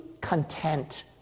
content